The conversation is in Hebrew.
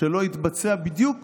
שלא יתבצע בדיוק